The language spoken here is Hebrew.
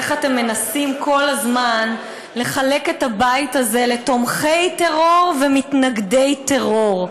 איך אתם מנסים כל הזמן לחלק את הבית הזה לתומכי טרור ולמתנגדי טרור.